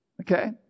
Okay